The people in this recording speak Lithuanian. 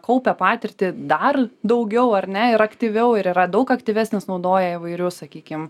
kaupia patirtį dar daugiau ar ne ir aktyviau ir yra daug aktyvesnis naudoja įvairius sakykim